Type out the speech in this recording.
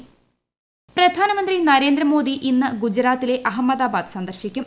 നരേന്ദ്രമോദി പ്രധാനമന്ത്രി നരേന്ദ്ര മോദി ഇന്ന് ഗുജറാത്തിലെ അഹമ്മദാബാദ് സന്ദർശിക്കും